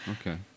Okay